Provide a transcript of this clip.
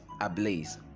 ablaze